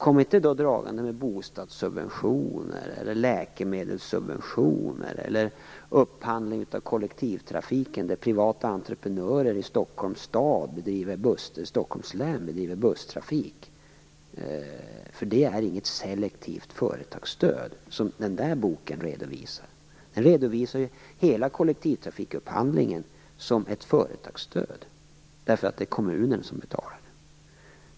Kom inte dragande med bostadssubventioner, läkemedelssubventioner eller upphandling av kollektivtrafiken. När privata entreprenörer i Stockholms län driver busstrafik är det inget selektivt företagsstöd, som redovisas i den där boken. Där redovisas hela kollektivtrafikupphandlingen som ett företagsstöd därför att det är kommunen som betalar det.